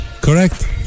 correct